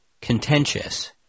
contentious